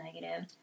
negative